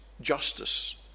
justice